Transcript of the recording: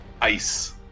Ice